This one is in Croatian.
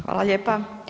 Hvala lijepa.